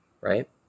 right